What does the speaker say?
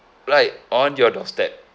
right on your doorstep